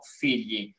figli